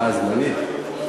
אה, זמנית?